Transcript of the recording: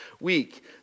week